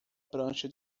prancha